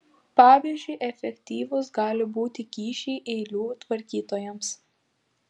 pavyzdžiui efektyvūs gali būti kyšiai eilių tvarkytojams